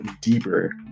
deeper